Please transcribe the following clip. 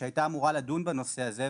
שהייתה אמורה לדון בנושא הזה,